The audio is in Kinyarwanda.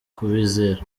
kubizera